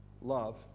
love